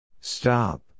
Stop